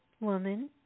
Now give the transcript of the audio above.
woman